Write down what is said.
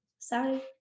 sorry